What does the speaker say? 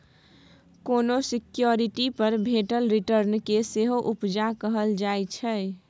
कोनो सिक्युरिटी पर भेटल रिटर्न केँ सेहो उपजा कहल जाइ छै